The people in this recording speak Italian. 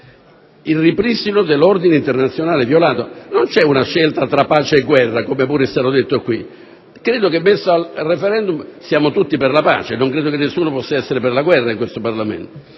il ripristino dell'ordine internazionale violato. Non c'è una scelta tra pace e guerra, come pure è stato detto. Credo che se mettessimo la questione a *referendum* saremmo tutti per la pace; non credo che nessuno possa essere per la guerra, in questo Parlamento.